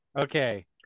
Okay